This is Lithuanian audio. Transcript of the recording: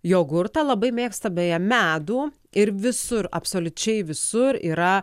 jogurtą labai mėgsta beje medų ir visur absoliučiai visur yra